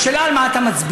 השאלה היא על מה אתה מצביע.